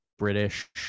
British